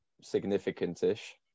significant-ish